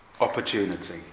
opportunity